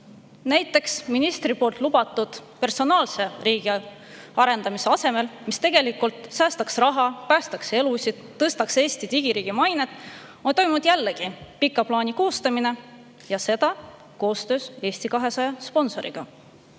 Näiteks ministri poolt lubatud personaalse riigi arendamise asemel, mis säästaks raha, päästaks elusid, tõstaks Eesti kui digiriigi mainet, on toimunud jällegi pika plaani koostamine, ja seda koostöös Eesti 200 sponsoriga.